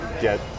get